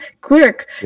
clerk